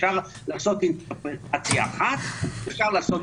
אפשר לעשות אינטרפרטציה אחת ואפשר לעשות